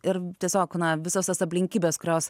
ir tiesiog na visos tos aplinkybės kurios